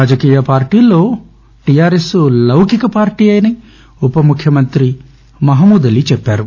రాజకీయ పార్టీల్లో టిఆర్ఎస్ లౌకిక పార్టీయని ఉ పముఖ్యమంతి మహమూద్ అలీ చెప్పారు